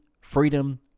freedom